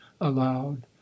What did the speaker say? aloud